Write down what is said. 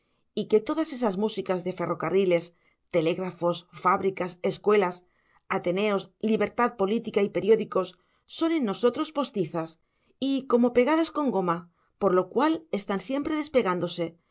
y que todas esas músicas de ferrocarriles telégrafos fábricas escuelas ateneos libertad política y periódicos son en nosotros postizas y como pegadas con goma por lo cual están siempre despegándose